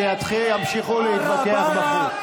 שימשיכו להתווכח בחוץ.